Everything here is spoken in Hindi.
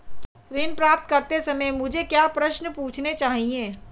ऋण प्राप्त करते समय मुझे क्या प्रश्न पूछने चाहिए?